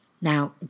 Now